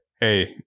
hey